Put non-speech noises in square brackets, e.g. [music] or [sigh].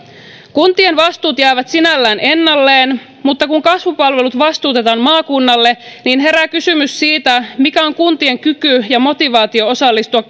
kuntien vastuut jäävät sinällään ennalleen mutta kun kasvupalvelut vastuutetaan maakunnalle niin herää kysymys siitä mikä on kuntien kyky ja motivaatio osallistua [unintelligible]